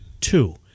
Two